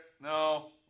No